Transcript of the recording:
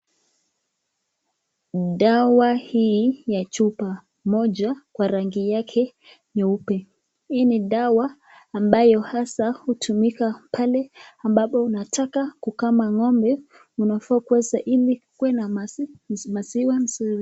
Dawa hii moja kwa chupa kwa rangi yake nyeupe. Hii ni dawa ambayo hasa hutumika pale ambapo unataka kukama ng'ombe unafaa ukuwe ili kuwe na maziwa mzuri.